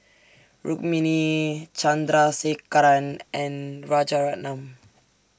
Rukmini Chandrasekaran and Rajaratnam